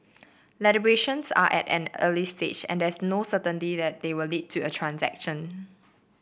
are at an early stage and there's no certainty that they will lead to a transaction